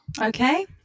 Okay